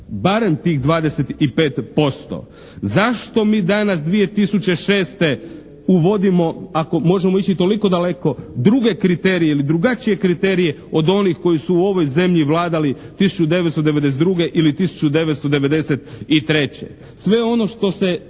barem tih 25%. Zašto mi danas 2006. uvodimo, ako možemo ići toliko daleko druge kriterije ili drugačije kriterije od onih koji su u ovoj zemlji vladali 1992. ili 1993.? Sve ono što se